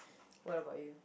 what about you